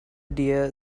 deer